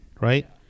right